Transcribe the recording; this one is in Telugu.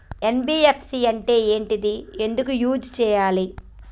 ఎన్.బి.ఎఫ్.సి అంటే ఏంటిది ఎందుకు యూజ్ చేయాలి?